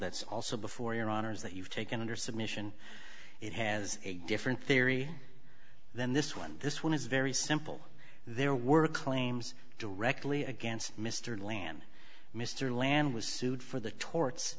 that's also before your honor's that you've taken under submission it has a different theory then this one this one is very simple there were claims directly against mr land mr lamb was sued for the to